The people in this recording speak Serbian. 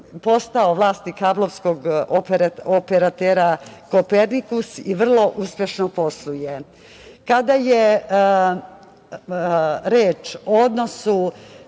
postao vlasnik kablovskog operatera „Koperinikus“ i vrlo uspešno posluje. Kada je reč o odnosu